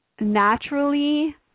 naturally